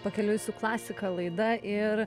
pakeliui su klasika laida ir